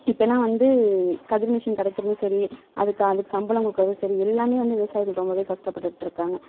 இப்போல்லாம் வந்து கதிர் மிஷின் கிடைக்கிறதும் சரி அதுக்கு அதுக்கு சம்பளம் கொடுக்குறது சரி எல்லாமே வந்து விவசாயிகள் ரொம்ப கஷ்டப்பட்டுகிட்ருக்காங்க